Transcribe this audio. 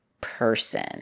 person